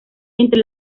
entre